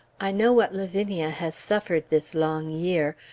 i know what lavinia has suffered this long year,